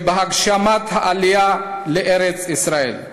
העלייה לארץ-ישראל.